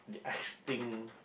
extinct